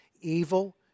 evil